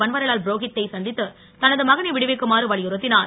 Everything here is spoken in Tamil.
பன்வாரிலால் புரோகிததை சந்தித்து தனது மகனை விடுவிக்குமாறு வலியுறுத்தினார்